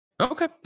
okay